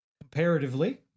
comparatively